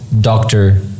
doctor